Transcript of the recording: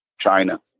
China